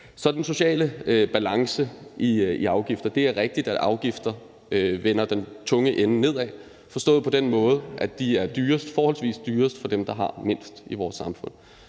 til den sociale balance i afgifterne, er det rigtigt, at afgifterne vender den tunge ende nedad, forstået på den måde, at det er forholdsvis dyrest for dem, der har mindst i vores samfund.